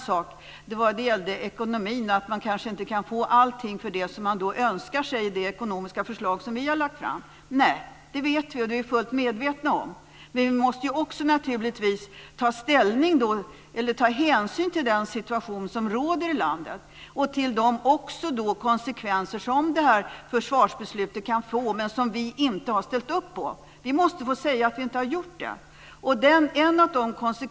Håkan Juholt sade att man kanske inte kan få allting som man önskar sig i det ekonomiska förslag som har lagts fram. Det är vi fullt medvetna om, men vi måste naturligtvis också ta hänsyn till den situation som råder i landet och till de konsekvenser som detta försvarsbeslut kan få, men som vi inte har ställt upp på. Vi måste få säga att vi inte har gjort det.